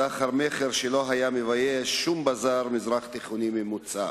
סחר-מכר שלא היה מבייש שום בזאר מזרח-תיכוני ממוצע.